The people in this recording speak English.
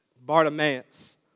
Bartimaeus